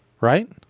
Right